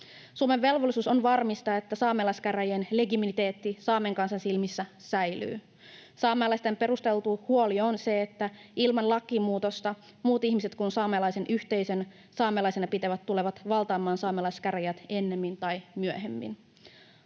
Suomen velvollisuus on varmistaa, että saamelaiskäräjien legitimiteetti saamen kansan silmissä säilyy. Saamelaisten perusteltu huoli on, että ilman lakimuutosta muut ihmiset kuin saamelaisen yhteisön saamelaisina pitämät tulevat valtaamaan saamelaiskäräjät ennemmin tai myöhemmin.